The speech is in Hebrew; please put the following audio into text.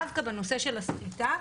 דווקא בנושא של הסחיטה,